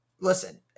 listen